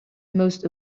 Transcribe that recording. most